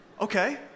Okay